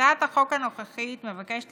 הצעת החוק הנוכחית מבקשת